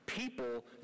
People